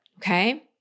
Okay